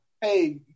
Hey